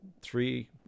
three